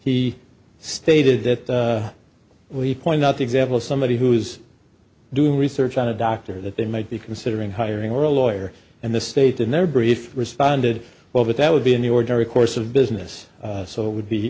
he stated that we point out the example of somebody who's doing research on a doctor that they might be considering hiring or a lawyer and the state in their brief responded well but that would be in the ordinary course of business so it would be